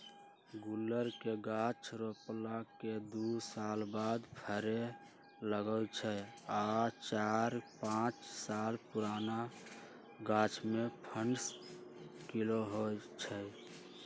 गुल्लर के गाछ रोपला के दू साल बाद फरे लगैए छइ आ चार पाच साल पुरान गाछमें पंडह किलो होइ छइ